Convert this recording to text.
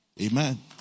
Amen